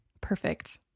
perfect